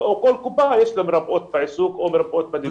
ולכל קופה יש מרפאות בעיסוק או מרפאות בדיבור.